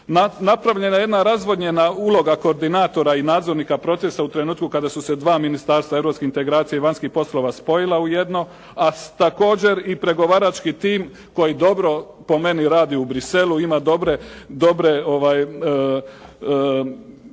Napravljena je jedna razvodnjena uloga koordinatora i nadzornika procesa u trenutku kada su se dva ministarstva, europskih integracija i vanjskih poslova spojili u jedno, a također i pregovarački tim koji dobro po meni radi u Bruxellesu, ima dobre